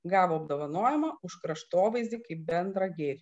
gavo apdovanojimą už kraštovaizdį kaip bendrą gėrį